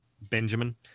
Benjamin